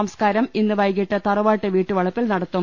സംസ്കാരം ഇന്ന് വൈകീട്ട് തറവാട്ട് വീട്ടുവളപ്പിൽ നടത്തും